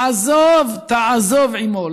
עזב תעזב עמו".